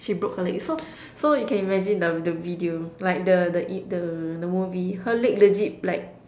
she broke her leg so so you can imagine the the video like the the in the the movie her leg legit like